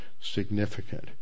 significant